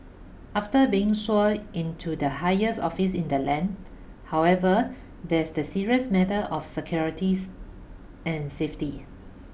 after being sworn in to the highest office in the land however there's the serious matter of securities and safety